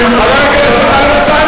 חבר הכנסת טלב אלסאנע,